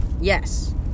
Yes